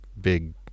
big